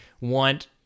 want